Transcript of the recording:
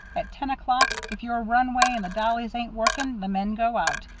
at ten o'clock, if your runway and the dollies ain't working, the men go out.